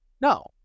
No